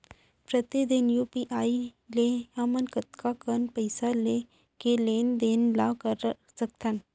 प्रतिदन यू.पी.आई ले हमन कतका कन पइसा के लेन देन ल कर सकथन?